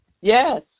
Yes